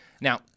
Now